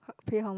pay how much